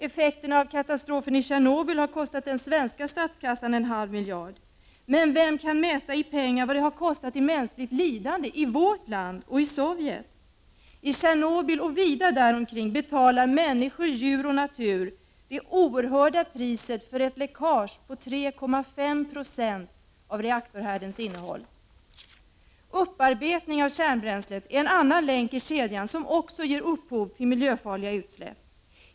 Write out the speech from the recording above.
Effekterna av katastrofen i Tjernobyl har kostat den svenska statskassan en halv miljard. Men vem kan mäta i pengar vad det har kostat i mänskligt lidande i vårt land och i Sovjet? I Tjernobyl och vida där omkring betalar människor, djur och natur det oerhörda priset för ett läckage på 3,5 Jo av reaktorhärdens innehåll. Upparbetning av kärnbränslet är en annan länk i kedjan som också ger upphov till miljöfarliga utsläpp.